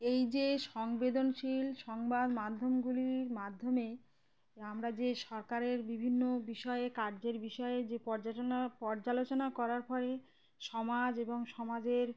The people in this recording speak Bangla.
এই যে সংবেদনশীল সংবাদ মাধ্যমগুলির মাধ্যমে আমরা যে এই সরকারের বিভিন্ন বিষয়ে কার্যের বিষয়ে যে পর্যটনা পর্যালোচনা করার ফলে সমাজ এবং সমাজের